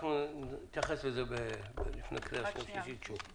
אנחנו נתייחס לזה שוב בהכנה לקריאה השנייה והשלישית.